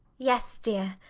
yes, dear.